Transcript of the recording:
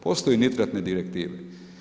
Postoje nitratne direktive.